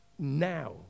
now